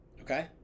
Okay